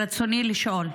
ברצוני לשאול: